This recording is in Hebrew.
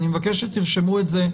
אני מבקש שתרשמו את זה,